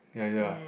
ya ya